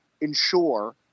ensure